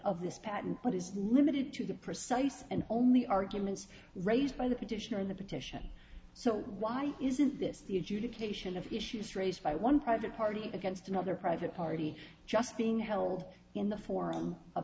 of this patent what is limited to the precise and only arguments raised by the petitioner in the petition so why isn't this the adjudication of issues raised by one private party against another private party just being held in the form of